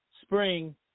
Spring